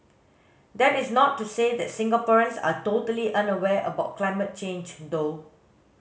that is not to say that Singaporeans are totally unaware about climate change though